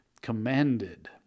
commanded